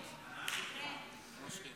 --- מושכים.